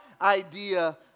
idea